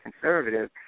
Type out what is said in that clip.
conservative